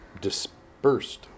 dispersed